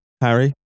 Harry